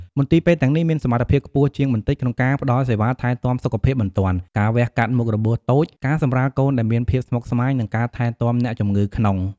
មន្ទីរពេទ្យទាំងនេះមានសមត្ថភាពខ្ពស់ជាងបន្តិច ក្នុងការផ្តល់សេវាថែទាំសុខភាពបន្ទាន់ ការវះកាត់មុខរបួសតូច ការសម្រាលកូនដែលមានភាពស្មុគស្មាញ និងការថែទាំអ្នកជំងឺក្នុង។